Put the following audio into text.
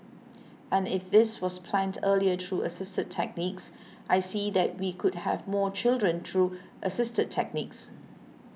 and if this was planned earlier through assisted techniques I see that we could have more children through assisted techniques